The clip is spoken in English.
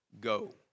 go